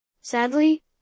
Sadly